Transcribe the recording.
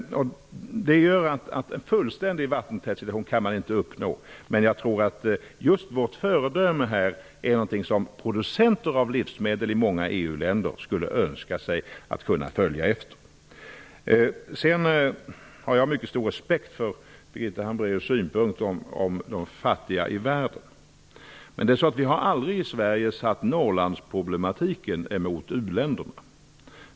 Det gör att man inte kan uppnå en fullständigt vattentät situation. Men jag tror att vårt föredöme är något som producenter av livsmedel i många EU-länder skulle önska att de kunde följa efter. Jag har mycket stor respekt för Birgitta Hambraeus synpunkt på de fattiga i världen. Men vi har aldrig i Sverige satt Norrlandsproblematiken emot uländerna.